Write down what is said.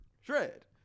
Shred